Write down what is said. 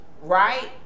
right